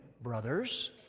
brothers